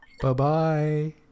Bye-bye